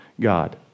God